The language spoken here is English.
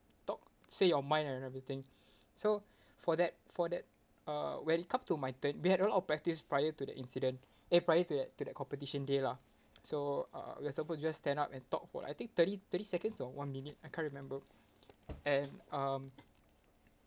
talk say your mind and everything so for that for that uh when it comes to my turn we had all our practice prior to the incident eh prior to that to that competition day lah so uh we're supposed to just stand up and talk about I think thirty thirty seconds or one minute I can't remember and um